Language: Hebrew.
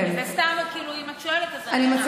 זה סתם, כאילו, אם את שואלת, אז אני עונה.